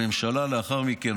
הממשלה לאחר מכן,